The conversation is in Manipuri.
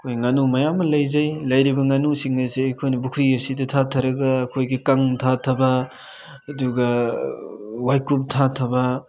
ꯑꯩꯈꯣꯏ ꯉꯥꯅꯨ ꯃꯌꯥꯝ ꯑꯃ ꯂꯩꯖꯩ ꯂꯩꯔꯤꯕ ꯉꯥꯅꯨꯁꯤꯡ ꯑꯁꯦ ꯑꯩꯈꯣꯏꯅ ꯄꯨꯈ꯭ꯔꯤ ꯑꯁꯤꯗ ꯊꯥꯊꯔꯒ ꯑꯩꯈꯣꯏꯒꯤ ꯀꯪ ꯊꯥꯊꯕ ꯑꯗꯨꯒ ꯋꯥꯏꯀꯨꯞ ꯊꯥꯊꯕ